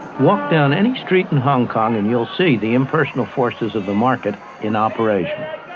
walk down any street in hong kong, and you will see the impersonal forces of the market in operation.